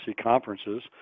conferences